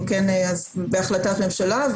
אם כן אז בהחלטת ממשלה.